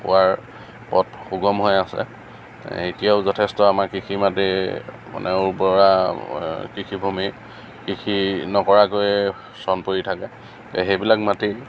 হোৱাৰ পথ সুগম হৈ আছে এতিয়াও যথেষ্ট আমাৰ কৃষি মাটি মানে উৰ্বৰা কৃষি ভূমি কৃষি নকৰাকৈ চন পৰি থাকে সেইবিলাক মাটি